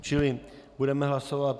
Čili budeme hlasovat.